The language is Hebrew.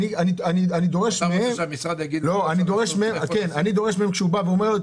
אני דורש מהם כשהוא בא ואומר,